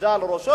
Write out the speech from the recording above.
קסדה על ראשו.